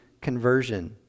conversion